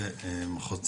למחוז צפון.